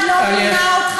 אף אחד לא מינה אותך.